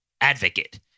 advocate